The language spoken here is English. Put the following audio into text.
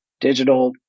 digital